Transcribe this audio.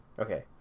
Okay